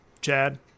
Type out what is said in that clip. Chad